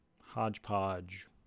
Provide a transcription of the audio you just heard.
hodgepodge